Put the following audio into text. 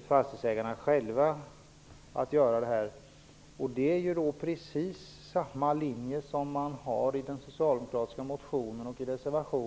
fastighetsägarna själva. Det är precis samma linje som finns i den socialdemokratiska motionen och reservationen.